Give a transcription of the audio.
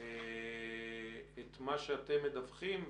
את מה שאתם מדווחים,